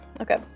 Okay